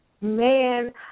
Man